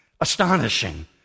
Astonishing